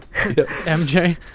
mj